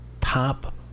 top